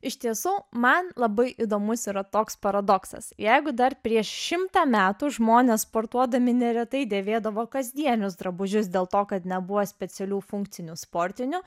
iš tiesų man labai įdomus yra toks paradoksas jeigu dar prieš šimtą metų žmonės sportuodami neretai dėvėdavo kasdienius drabužius dėl to kad nebuvo specialių funkcinių sportinių